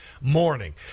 morning